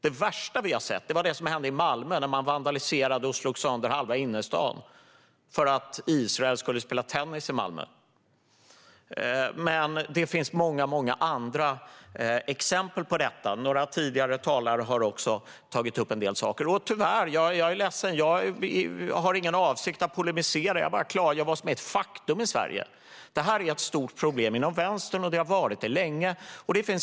Det värsta vi har sett är det som hände i Malmö, då man vandaliserade och slog sönder halva innerstaden eftersom Israel skulle spela tennis i Malmö. Men det finns många andra exempel på detta. Några tidigare talare har också tagit upp en del saker. Jag är ledsen. Jag har ingen avsikt att polemisera. Jag klargör bara vad som är ett faktum i Sverige. Det här är ett stort problem inom vänstern, och det har varit det länge.